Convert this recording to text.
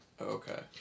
Okay